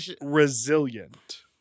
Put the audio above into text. resilient